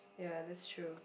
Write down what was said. ya that's true